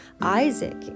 Isaac